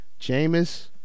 Jameis